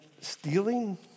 stealing